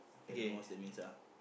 okay I don't know what that means ah